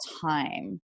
time